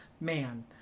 Man